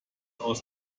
aus